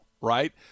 Right